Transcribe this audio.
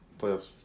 playoffs